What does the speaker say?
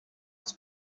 its